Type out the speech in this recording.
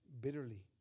bitterly